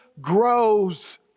grows